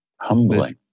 humbling